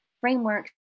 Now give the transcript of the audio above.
frameworks